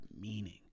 meaning